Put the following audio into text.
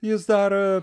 jis dar